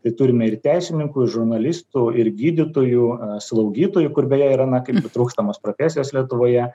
tai turime ir teisininkų ir žurnalistų ir gydytojų slaugytojų kur beje yra na kaip trūkstamos profesijos lietuvoje